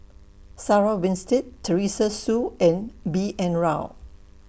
Sarah Winstedt Teresa Hsu and B N Rao